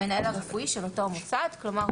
המנהל הרפואי של אותו מוסד."; כלומר,